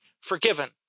forgiven